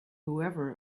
whoever